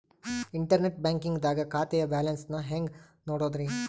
Internet banking ದಾಗ ಖಾತೆಯ balance ನ ಹೆಂಗ್ ನೋಡುದ್ರಿ?